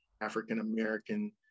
African-American